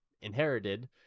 inherited